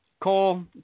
Cole